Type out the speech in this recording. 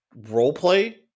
roleplay